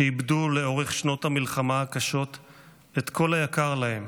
שאיבדו לאורך שנות המלחמה הקשות את כל היקר להם,